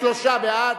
שלושה בעד.